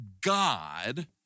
God